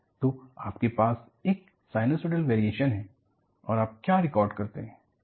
तो आपके पास एक साइनोसॉयल वेरीऐशन है और आप क्या रिकॉर्ड करते हैं